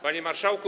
Panie Marszałku!